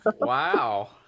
Wow